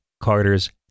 Carter's